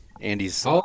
Andy's